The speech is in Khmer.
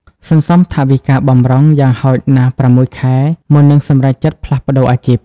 សន្សំថវិកាបម្រុង យ៉ាងហោចណាស់ ៦ ខែ មុននឹងសម្រេចចិត្តផ្លាស់ប្តូរអាជីព។